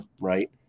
right